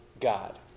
God